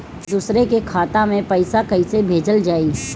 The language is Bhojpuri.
दूसरे के खाता में पइसा केइसे भेजल जाइ?